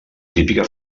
típica